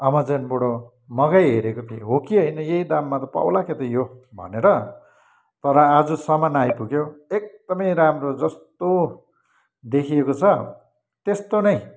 अमाजनबाट मगाइहेरेको थिएँ हो कि होइन यही दाममा त पाउला के त यो भनेर तर आज सामान आइपुग्यो एकदमै राम्रो जस्तो देखिएको छ त्यस्तो नै